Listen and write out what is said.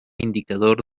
indicador